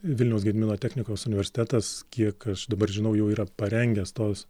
vilniaus gedimino technikos universitetas kiek aš dabar žinau jau yra parengęs tos